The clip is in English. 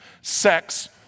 sex